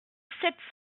sept